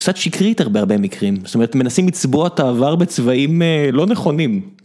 קצת שקרית הרבה הרבה מקרים, זאת אומרת מנסים לצבוע את העבר בצבעים לא נכונים.